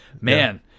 Man